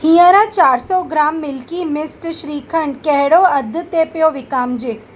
हींअर चारि सौ ग्राम मिल्की मिस्ट श्रीखंड कहिड़ो अघु ते पियो विकामिजे